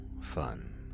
fun